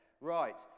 Right